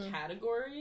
category